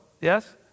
yes